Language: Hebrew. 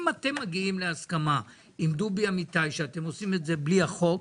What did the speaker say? אם אתם מגיעים להסכמה עם דובי אמיתי שאתם עושים את זה בלי החוק,